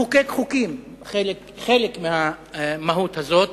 לחוקק חוקים, חלק מהמהות הזאת,